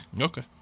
okay